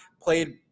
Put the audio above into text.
played